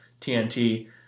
TNT